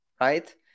right